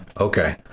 Okay